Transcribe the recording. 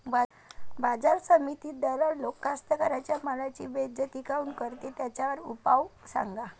बाजार समितीत दलाल लोक कास्ताकाराच्या मालाची बेइज्जती काऊन करते? त्याच्यावर उपाव सांगा